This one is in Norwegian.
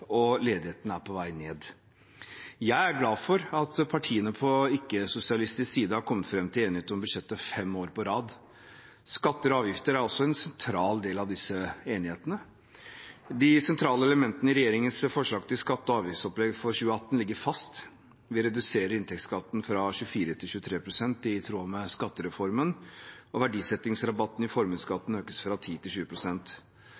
og ledigheten er på vei ned. Jeg er glad for at partiene på ikke-sosialistisk side har kommet fram til enighet om budsjettet fem år på rad. Skatter og avgifter er også en sentral del av disse enighetene. De sentrale elementene i regjeringens forslag til skatte- og avgiftsopplegg for 2018 ligger fast. Vi reduserer inntektsskatten fra 24 til 23 pst., i tråd med skattereformen, og verdisettingsrabatten i